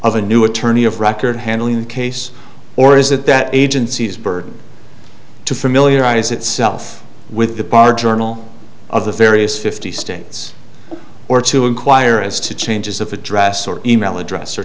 of a new attorney of record handling the case or is it that agency's burden to familiarize itself with the bar journal of the various fifty states or to inquire as to changes of address or email address or